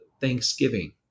thanksgiving